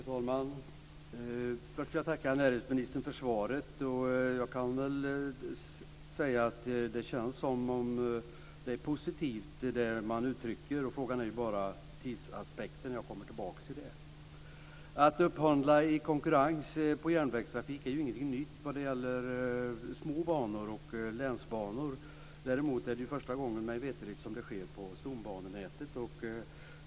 Fru talman! Först vill jag tacka näringsministern för svaret. Jag kan väl säga att det man uttrycker känns positivt. Frågan gäller bara tidsaspekten. Jag återkommer till det. Att upphandla i konkurrens på järnvägstrafik är ingenting nytt vad gäller småbanor och länsbanor. Däremot är det mig veterligt första gången det sker på stombanenätet.